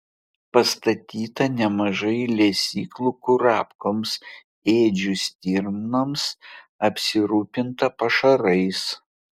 pastatyta nemažai lesyklų kurapkoms ėdžių stirnoms apsirūpinta pašarais